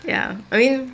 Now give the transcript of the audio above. ya I mean